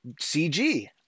CG